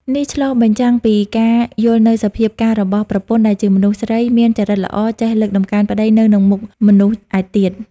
នេះឆ្លុះបញ្ចាំងពីការយល់នូវសភាពការរបស់ប្រពន្ធ ដែលជាមនុស្សស្រីមានចរិតល្អចេះលើកតម្កើងប្ដីនៅនឹងមុខមនុស្សឯទៀត។